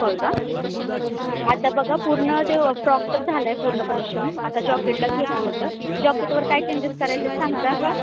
होय का आता बघा पूर्ण ते फ्रॉक तर झाला आहे पूर्णपणे शिवून आता जॉकेटलाच घेतलं होतं जॉकेटवर काय चेंजेस करायचे सांगता का